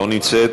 לא נמצאת,